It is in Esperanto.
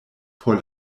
por